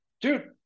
dude